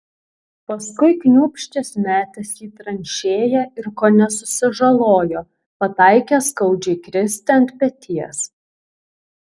paskui kniūbsčias metėsi į tranšėją ir kone susižalojo pataikęs skaudžiai kristi ant peties